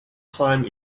time